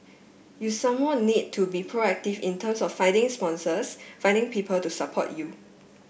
you some more need to be proactive in terms of finding sponsors finding people to support you